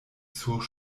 sur